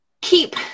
keep